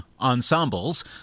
ensembles